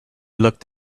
looked